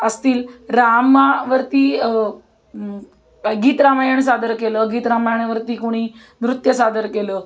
असतील रामावरती गीत रामायण सादर केलं गीत रामायणावरती कोणी नृत्य सादर केलं